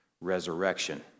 resurrection